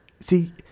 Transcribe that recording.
see